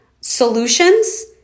solutions